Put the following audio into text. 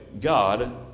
God